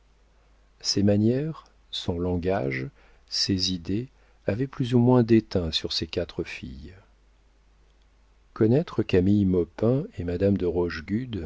ses manières son langage ses idées avaient plus ou moins déteint sur ses quatre filles connaître camille maupin et madame de